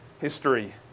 history